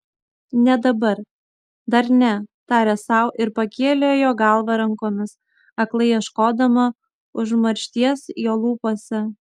ne dabar dar ne tarė sau ir pakėlė jo galvą rankomis aklai ieškodama užmaršties jo lūpose